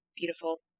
Beautiful